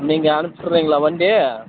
நீங்கள் அனுப்பிச்சி விட்றிங்களா வண்டி